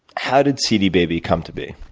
how did cdbaby come to be?